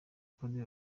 padiri